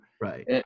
Right